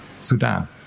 Sudan